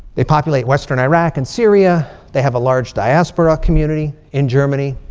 they populate western iraq and syria. they have a large diaspora community in germany,